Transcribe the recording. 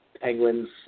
Penguins